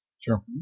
Sure